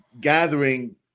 gathering